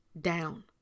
down